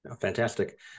Fantastic